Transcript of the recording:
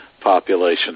population